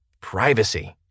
privacy